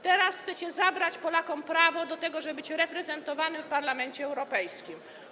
Teraz chcecie zabrać Polakom prawo do tego, żeby byli reprezentowani w Parlamencie Europejskim.